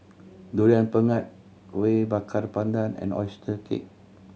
Durian Pengat Kueh Bakar Pandan and oyster cake